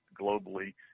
globally